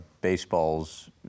baseballs